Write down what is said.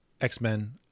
X-Men